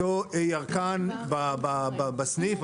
אותו ירקן בסניף,